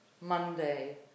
Monday